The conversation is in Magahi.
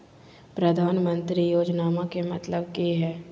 प्रधानमंत्री योजनामा के मतलब कि हय?